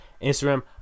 Instagram